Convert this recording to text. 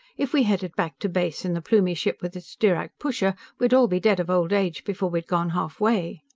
if we headed back to base in the plumie ship with its dirac pusher, we'd all be dead of old age before we'd gone halfway.